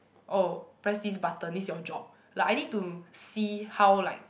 oh press this button it's your job like I need to see how like